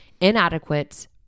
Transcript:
inadequate